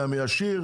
יודע מי עשיר,